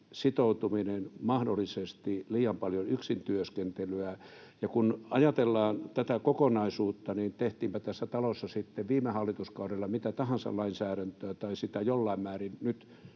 sitoutuminen, mahdollisesti liian paljon yksin työskentelyä. Ja kun ajatellaan tätä kokonaisuutta, niin tehtiinpä tässä talossa sitten viime hallituskaudella mitä tahansa lainsäädäntöä — sitä jossain määrin nyt